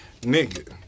nigga